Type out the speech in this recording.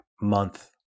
month